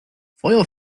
feuer